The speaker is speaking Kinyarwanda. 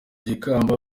ikamba